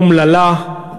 אומללה,